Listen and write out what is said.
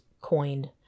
coined